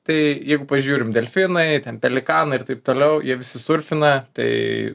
tai jeigu pažiūrim delfinai ten pelikanai ir taip toliau jie visi surfina tai